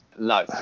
No